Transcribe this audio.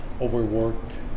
overworked